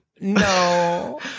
no